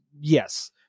yes